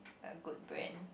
a good brand